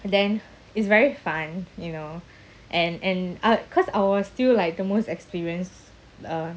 and then it's very fun you know and and I cause I was still like the most experienced uh